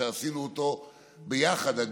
שעשינו ביחד.